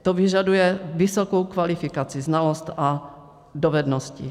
To vyžaduje vysokou kvalifikaci, znalosti a dovednosti.